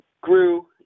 grew